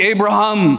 Abraham